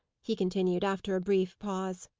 he continued, after a brief pause.